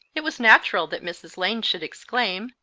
it was natural that mrs. lane should exclaim,